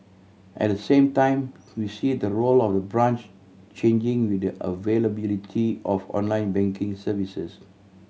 at the same time we see the role of the branch changing with the availability of online banking services